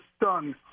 done